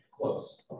close